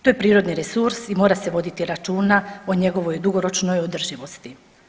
To je prirodni resurs i mora se voditi računa o njegovoj dugoročnoj održivosti.